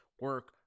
Work